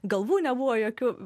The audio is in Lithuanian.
galvų nebuvo jokių